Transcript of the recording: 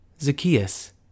Zacchaeus